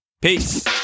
Peace